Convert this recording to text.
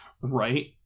Right